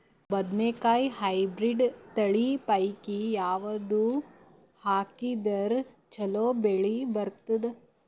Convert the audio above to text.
ಬದನೆಕಾಯಿ ಹೈಬ್ರಿಡ್ ತಳಿ ಪೈಕಿ ಯಾವದು ಹಾಕಿದರ ಚಲೋ ಬೆಳಿ ಬರತದ?